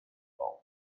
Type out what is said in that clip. bulb